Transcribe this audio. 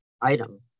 item